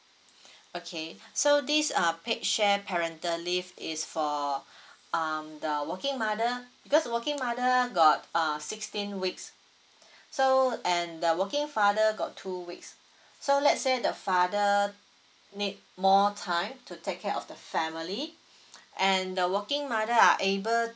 okay so these are paid share parental leave is for um the working mother because working mother got uh sixteen weeks so and the working father got two weeks so let's say the father need more time to take care of the family and the working right are able